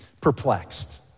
perplexed